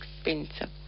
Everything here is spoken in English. expensive